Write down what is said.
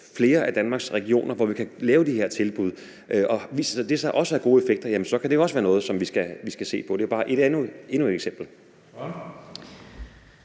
flere af Danmarks regioner, hvor vi kan lave de her tilbud. Og viser det sig også at have gode effekter, kan det jo også være noget, som vi skal se på. Det var bare endnu et eksempel.